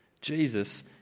Jesus